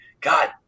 God